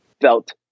felt